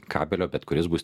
kabelio bet kuris bus